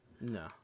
No